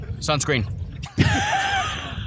Sunscreen